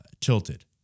tilted